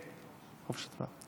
כן, כן.